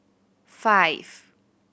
five